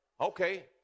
Okay